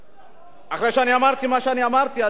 אחרי שאמרתי מה שאמרתי, אדוני היושב-ראש,